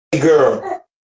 Girl